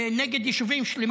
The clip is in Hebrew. נגד יישובים שלמים?